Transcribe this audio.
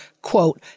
quote